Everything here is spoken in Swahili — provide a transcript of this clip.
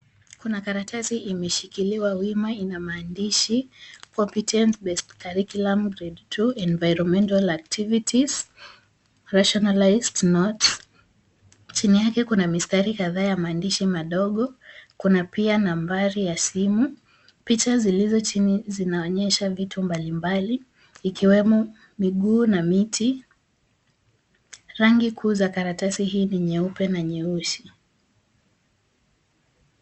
Kuna karatasi imeshikiliwa wima inamaandishi competence-based curriculum grade 2 environmental activities rationalized notes. Chini yake kuna mistari kadhaa ya maandishi madogo, kuna pia nambari ya simu picha zilizo chini zinaonyesha vitu mbalimbali ikiwemo miguu na miti. Rangi kuu za karatasi hii ni nyeupe na nyeusi.